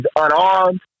unarmed